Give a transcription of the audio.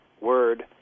word